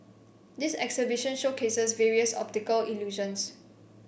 this exhibition showcases various optical illusions